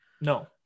No